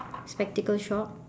spectacle shop